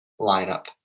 lineup